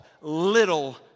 little